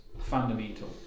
fundamental